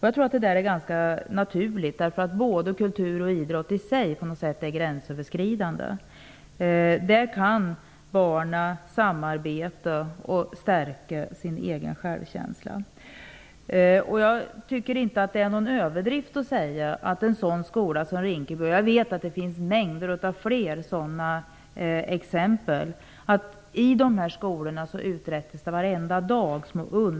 Jag tror att det är ganska naturligt. Både kultur och idrott är på något sätt gränsöverskridande i sig. Där kan barnen samarbeta och stärka sin egen självkänsla. Jag tycker inte att det är någon överdrift att säga att i en sådan skola som Rinkebyskolan uträttas det varje dag små underverk, och jag vet att det finns mängder av sådana exempel.